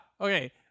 Okay